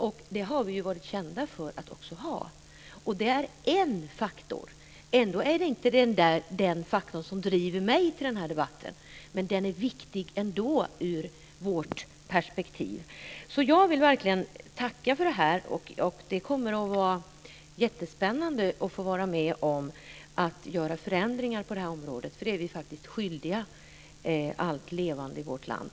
Vi har ju varit kända för att ha hög kvalitet. Det är en faktor. Ändå är det inte den faktor som driver mig till denna debatt, men den är viktig ur vårt perspektiv. Jag vill verkligen tacka för detta, och det kommer att vara jättespännande att vara med om att genomföra förändringar på området. Det är vi skyldiga allt levande i vårt land.